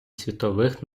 світових